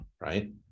right